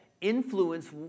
influence